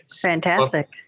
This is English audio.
Fantastic